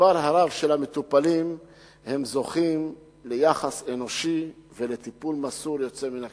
מספרם הרב של המטופלים הם זוכים ליחס אנושי ולטיפול מסור יוצא מן הכלל.